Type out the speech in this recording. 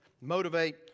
motivate